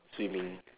swimming